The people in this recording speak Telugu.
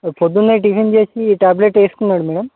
ఓకే పొద్దున్నే టిఫిన్ చేసి ట్యాబ్లేట్ వేసుకున్నది మేడమ్